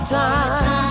time